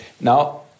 Now